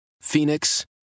Phoenix